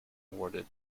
awarded